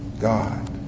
God